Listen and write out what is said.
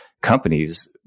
companies